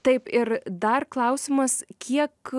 taip ir dar klausimas kiek